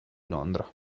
londra